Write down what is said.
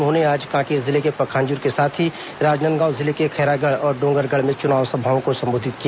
उन्होंने आज कांकेर जिले के पखांजूर के साथ ही राजनांदगांव जिले के खैरागढ़ और डोंगरगढ़ में चुनाव सभाओं को संबोधित किया